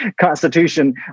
constitution